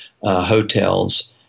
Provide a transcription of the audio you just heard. hotels